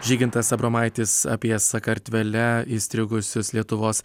žygintas abromaitis apie sakartvele įstrigusius lietuvos